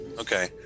Okay